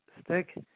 stick